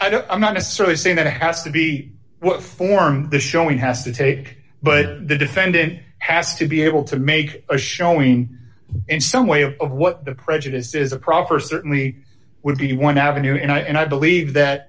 i don't i'm not necessarily saying that it has to be what form the showing has to take but the defendant has to be able to make a showing in some way of what the prejudice is a proffer certainly would be one avenue and i believe that